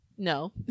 no